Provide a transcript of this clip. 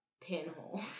pinhole